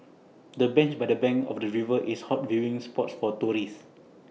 the bench by the bank of the river is hot viewing spot for tourists